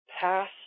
pass